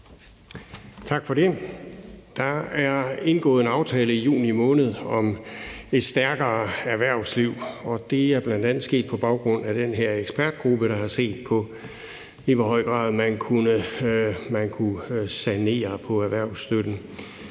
Tak for det. Der er indgået en aftale i juni måned om et stærkere erhvervsliv, og det er bl.a. sket på baggrund af den her ekspertgruppe, der har set på, i hvor høj grad man kunne sanere erhvervsstøtten.